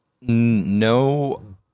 No